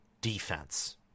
defense